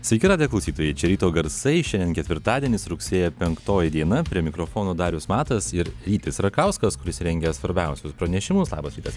sveiki radijo klausytojai ryto garsai šiandien ketvirtadienis rugsėjo penktoji diena prie mikrofono darius matas ir rytis rakauskas kuris rengia svarbiausius pranešimus labas rytas